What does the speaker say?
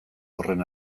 horren